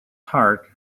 heart